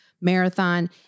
marathon